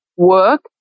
work